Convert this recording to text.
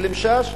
ואדי-אל-משאש,